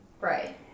Right